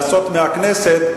לעשות מהכנסת,